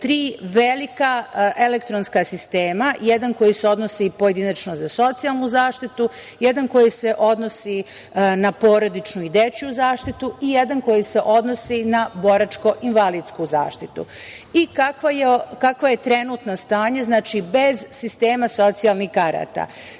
tri velika elektronska sistema, jedan koji se odnosi pojedinačno za socijalnu zaštitu, jedan koji se odnosi na porodičnu i dečiju zaštitu i jedan koji se odnosi na boračko-invalidsku zaštitu. Kakvo je trenutno stanje, bez sistema socijalnih karata?